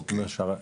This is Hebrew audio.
אם אפשר,